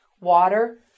water